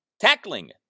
Tackling